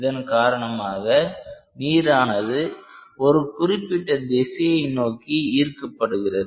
இதன் காரணமாக நீரானது ஒரு குறிப்பிட்ட திசையை நோக்கி ஈர்க்கப்படுகிறது